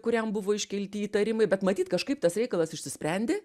kuriam buvo iškelti įtarimai bet matyt kažkaip tas reikalas išsisprendė